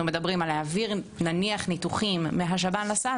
מדברים על להעביר נניח ניתוחים מהשב"ן לסל,